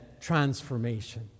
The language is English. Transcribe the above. transformation